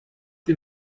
die